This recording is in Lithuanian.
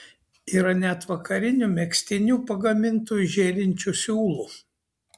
yra net vakarinių megztinių pagamintų iš žėrinčių siūlų